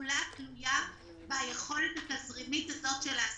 תלוי כולו ביכולת התזרימית הזו של העסקים.